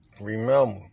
Remember